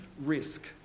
risk